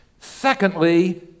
secondly